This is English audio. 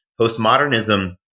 Postmodernism